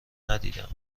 ندیدم